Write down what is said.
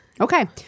Okay